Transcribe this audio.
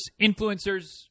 influencers